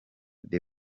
the